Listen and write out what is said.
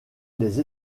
des